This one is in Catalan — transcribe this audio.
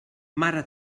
mare